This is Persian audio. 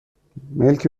ملکی